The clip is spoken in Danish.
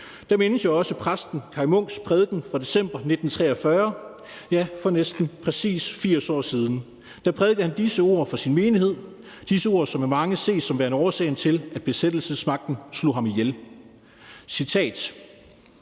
veto, mindes jeg også præsten Kaj Munks prædiken fra december 1943, ja, for næsten præcis 80 år siden. Da prædikede han disse ord for sin menighed; disse ord, som af mange ses som værende årsagen til, at besættelsesmagten slog ham ihjel: »Jeg